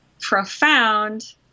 profound